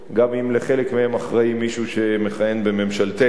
גם אם לחלק מהן אחראי מישהו שמכהן בממשלתנו,